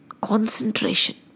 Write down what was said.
concentration